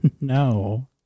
No